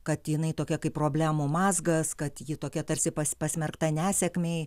kad jinai tokia kaip problemų mazgas kad ji tokia tarsi pasmerkta nesėkmei